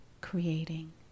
creating